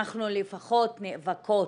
אנחנו לפחות נאבקות,